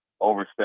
overstep